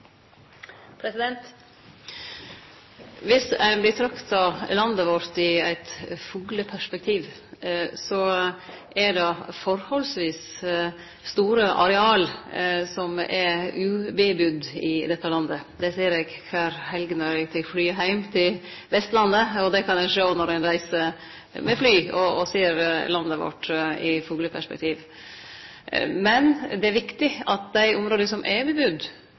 landet vårt i eit fugleperspektiv, er det forholdsvis store areal der det ikkje bur folk. Det ser eg kvar helg når eg tek flyet heim til Vestlandet – det kan ein sjå når ein reiser med fly og ser landet i fugleperspektiv. Men det er viktig at dei